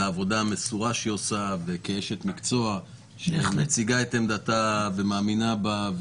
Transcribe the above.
על העבודה המסורה שהיא עושה וכאשת מקצוע שמציגה את עמדתה ומאמינה בה,